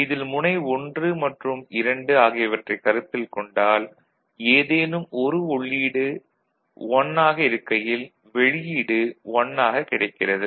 இதில் முனை 1 மற்றும் 2 ஆகியவற்றைக் கருத்தில் கொண்டால் ஏதேனும் ஒரு உள்ளீடு 1 ஆக இருக்கையில் வெளியீடு 1 ஆக கிடைக்கிறது